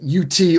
UT